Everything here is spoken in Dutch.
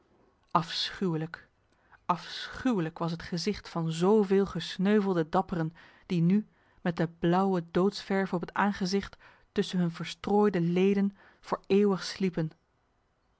afschuwelijk afschuwelijk was het gezicht van zoveel gesneuvelde dapperen die nu met de blauwe doodsverf op het aangezicht tussen hun verstrooide leden voor eeuwig sliepen